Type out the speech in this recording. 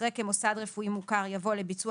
אחרי "כמוסד רפואי מוכר" יבוא "לביצוע